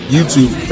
YouTube